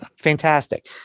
fantastic